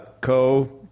co-